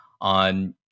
on